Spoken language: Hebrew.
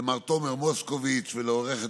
למר תומר מוסקוביץ' ולעו"ד